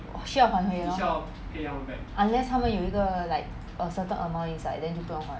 需要还回 hor unless 他们有一个 like a certain amount inside then 就不用还